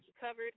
covered